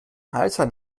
heißer